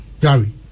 Gary